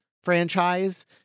franchise